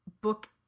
book